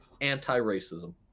anti-racism